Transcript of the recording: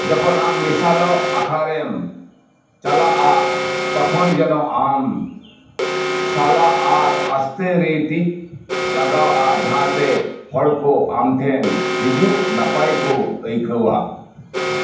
ᱡᱚᱠᱷᱚᱱ ᱟᱢ ᱢᱮᱥᱟᱞᱚᱜ ᱟᱠᱷᱲᱟᱨᱮᱢ ᱪᱟᱞᱟᱜᱼᱟ ᱛᱚᱠᱷᱚᱱ ᱡᱮᱱᱚ ᱟᱢ ᱥᱟᱞᱟᱜ ᱟᱨ ᱟᱥᱛᱮᱨᱮᱴᱤᱠ ᱞᱟᱜᱟᱣ ᱟ ᱡᱟᱦᱟᱸᱛᱮ ᱦᱚᱲ ᱠᱚ ᱟᱢ ᱴᱷᱮᱱ ᱦᱤᱡᱩᱜ ᱱᱟᱯᱟᱭ ᱠᱚ ᱟᱹᱭᱠᱟᱹᱣᱟ